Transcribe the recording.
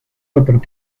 otro